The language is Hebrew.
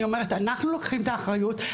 אני אומרת שאנחנו לוקחים את האחריות,